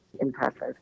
impressive